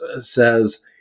says